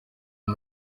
iyo